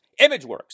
Imageworks